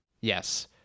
Yes